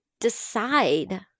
decide